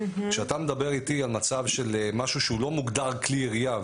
כשאתה מדבר איתי על מצב של משהו שהוא לא מוגדר כלי ירייה,